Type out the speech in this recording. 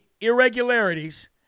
irregularities